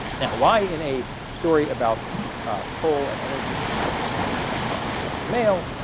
now, why in a story about coal and energy am i spending so much time talking about the mail?